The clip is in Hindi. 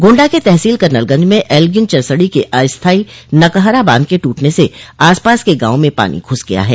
गोण्डा के तहसील कर्नलगंज में एल्गिन चरसड़ी के अस्थायी नकहरा बांध के टूटने से आसपास के गांव में पानी घुस गया है